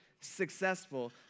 successful